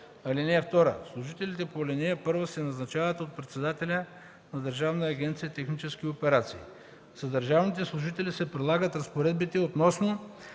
(2) Служителите по ал. 1 се назначават от председателя на Държавна агенция „Технически операции”. (3) За държавните служители се прилагат разпоредбите относно